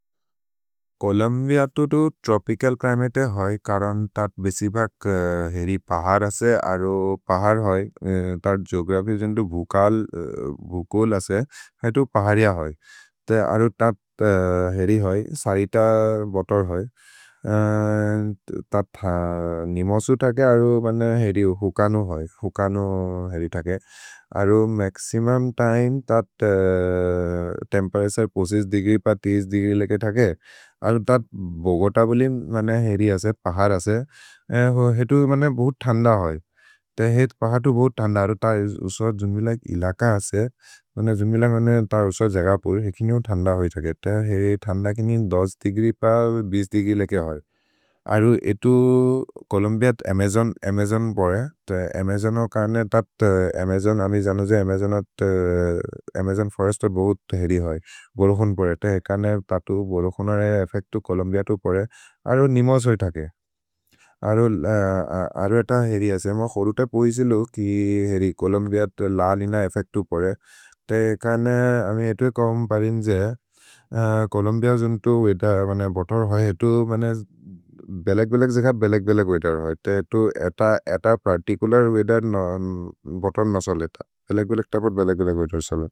कोलम्बि अतुतु tropical climate है करन् तत् बेसिबक् हेरि पहर् असे, अरो पहर् है। तत् गेओग्रफिच् जेन्तु भुकल् असे, हेतु पहरिअ है, ते अरु तत् हेरि है, सरित बोतर् है, तत् निमसु थके। अरो हेरि हुकनो है, हुकनो हेरि थके, अरो मक्सिमुम् तिमे, तत् तेम्पेरतुरे पछ्हिस् देग्री प तिस्स् देग्री लेके थके। अरो तत् बोगोत बोलि हेरि असे, पहर् असे, हेतु बहुत् थन्द है, ते हेतु पहतु भोत् थन्द, अरो त उस्व जुम्बिलग् इलक असे। जुम्बिलग् अने त उस्व जगपुर्, हेति निउ थन्द होइ थके, हेरि थन्द किनु दस्स् देग्री प बिस्स् देग्री लेके है, अरु हेतु कोलम्बि अत् अमजोन्, अमजोन् परे। अमजोन् हो कर्ने, अमजोन्, अमे जनु जे अमजोन् अत्, अमजोन् फोरेस्त बोहुत् हेरि है, बोलोहोन् परे, ते हेरि कर्ने, ततु बोलोहोनरे एफेक्तु कोलम्बि अतु परे। अरो निमस् होइ थके, अरु एत हेरि असे, महरु त पोहि सेलु, कि हेरि कोलम्बि अत् ललिन एफेक्तु परे, ते कर्ने अमे एतु कोम्परिन् जे, कोलम्बि अत् जुन्तो वेअथेर्। भोतर् है, एतु बेलक् बेलक् जेक बेलक् बेलक् वेअथेर् है, ते एतु एत पर्तिचुलर् वेअथेर् बोतर् नसो लेत, बेलक् बेलक् त पत् बेलक् बेलक् वेअथेर् सले।